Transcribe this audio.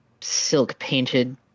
silk-painted